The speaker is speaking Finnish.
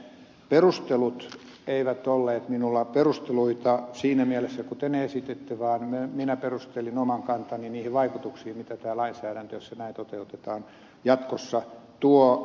perustelut eivät olleet minulla perusteluita siinä mielessä kuten ne esititte vaan minä perustelin oman kantani niihin vaikutuksiin mitä tämä lainsäädäntö jos se näin toteutetaan jatkossa tuo